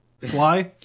fly